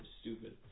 stupid